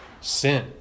sin